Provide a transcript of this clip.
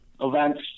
events